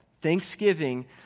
Thanksgiving